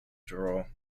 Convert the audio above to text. draw